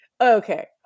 Okay